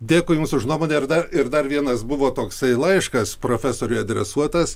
dėkui jums už nuomonę ir dar ir dar vienas buvo toksai laiškas profesoriui adresuotas